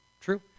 True